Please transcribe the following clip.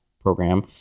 program